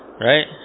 Right